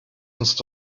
uns